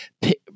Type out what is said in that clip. pick